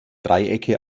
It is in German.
dreiecke